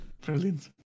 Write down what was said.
Brilliant